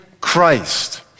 Christ